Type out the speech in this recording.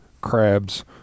crab's